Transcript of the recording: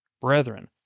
Brethren